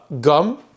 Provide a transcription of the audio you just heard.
gum